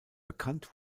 bekannt